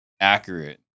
accurate